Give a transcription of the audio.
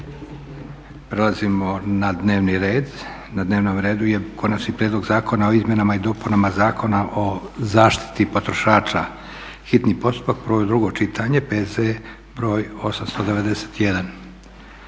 Prelazimo na dnevni red, na dnevnom redu je: - Konačni prijedlog Zakona o izmjenama i dopunama Zakon o zaštiti potrošača, hitni postupak, prvo i drugo čitanje, P.Z.E.br.891.